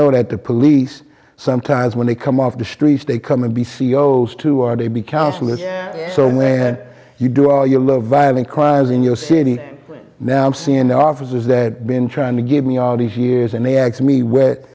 know that the police sometimes when they come off the streets they come and be ceo's too are to be counselors so when you do all you love violent crimes in your city now i'm seeing the officers there been trying to give me all these years and they asked me w